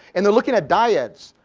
and they're looking at dyads,